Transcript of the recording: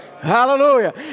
Hallelujah